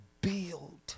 build